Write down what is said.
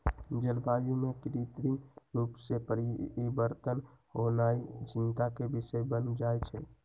जलवायु में कृत्रिम रूप से परिवर्तन होनाइ चिंता के विषय बन जाइ छइ